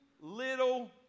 little